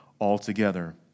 altogether